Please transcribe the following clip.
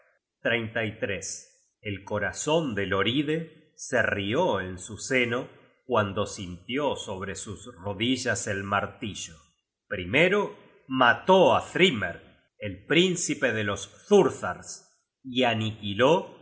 mano de voer el corazon de ifloride se rió en su seno cuando sintió sobre sus rodillas el martillo primero mató á thrymer el príncipe de los thursars y aniquiló